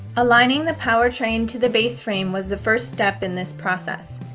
aligning the power train to the base frame was the first step in this process.